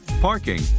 parking